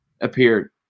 appeared